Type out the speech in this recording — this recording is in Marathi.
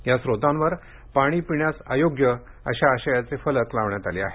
या स्त्रोतांवर पाणी पिण्यास अयोग्य या आशयाचे फलक लावण्यात आले आहेत